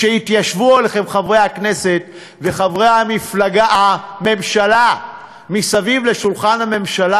כשיתיישבו עליכם חברי הכנסת וחברי הממשלה מסביב לשולחן הממשלה,